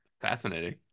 Fascinating